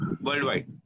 Worldwide